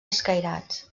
escairats